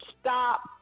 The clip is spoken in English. stop